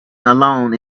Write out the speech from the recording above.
alone